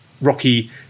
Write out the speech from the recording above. Rocky